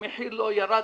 המחיר לא ירד